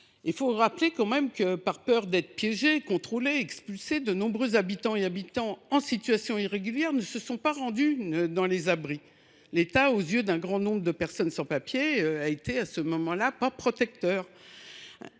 Il faut rappeler que, par peur d’être piégés, contrôlés, expulsés, de nombreux habitants en situation irrégulière ne se sont pas rendus dans les abris. L’État, aux yeux d’un grand nombre de personnes sans papiers, n’a pas été protecteur.